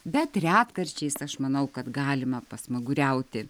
bet retkarčiais aš manau kad galima pasmaguriauti